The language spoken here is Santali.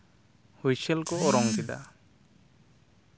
ᱦᱩᱭᱥᱮᱞ ᱠᱚ ᱚᱨᱚᱝ ᱠᱮᱫᱟ